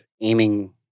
aiming